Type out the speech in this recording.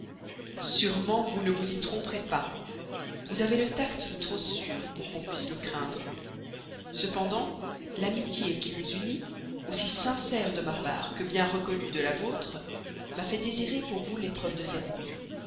sûrement vous ne vous y tromperez pas vous avez le tact trop sûr pour qu'on puisse le craindre cependant l'amitié qui nous unit aussi sincère de ma part que bien reconnue de la vôtre m'a fait désirer pour vous l'épreuve de cette nuit